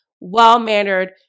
well-mannered